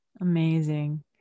amazing